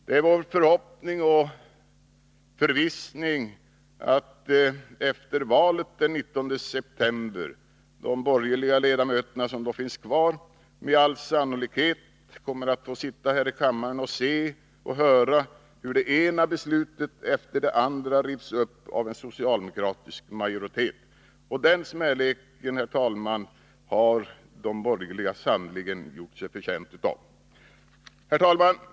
Det är vår förhoppning och förvissning att de borgerliga ledamöter som finns kvar efter valet den 19 september kommer att få sitta här i kammaren och se och höra hur det ena beslutet efter det andra rivs upp av en socialdemokratisk majoritet. Den smäleken har de borgerliga sannerligen gjort sig förtjänta av. Herr talman!